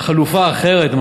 חלופה אחרת,